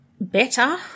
better